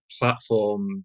platform